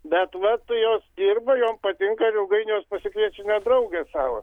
bet vat jos dirba jom patinka ir ilgainiui jos pasikviečia net drauges savo